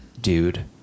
dude